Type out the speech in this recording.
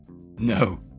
No